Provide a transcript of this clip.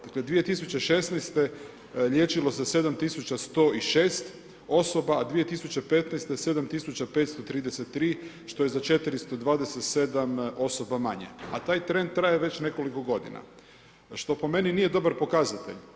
Dakle 2016. liječilo se 7106 osoba, a 2015. 7533 što je za 427 osoba manje, a taj trend traje već nekoliko godina, što po meni nije dobar pokazatelj.